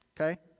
Okay